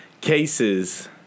cases